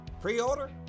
Pre-order